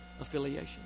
affiliation